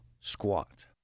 squat